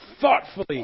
thoughtfully